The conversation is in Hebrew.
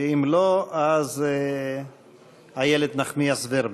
ואם לא, איילת נחמיאס ורבין.